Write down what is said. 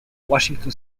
washington